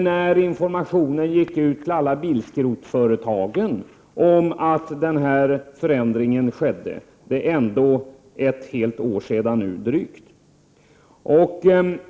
När gick informationen ut till alla bilskrotningsföretag om att förändringen har skett? Den ägde rum för drygt ett år sedan.